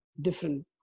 different